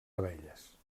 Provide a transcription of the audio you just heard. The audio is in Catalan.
abelles